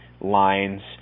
lines